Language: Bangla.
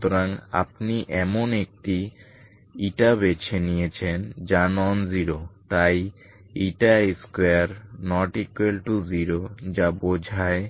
সুতরাং আপনি এমন একটি বেছে নিয়েছেন যা নন জিরো তাই 2≠0 যা বোঝায়